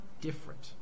different